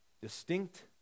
distinct